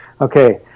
okay